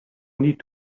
need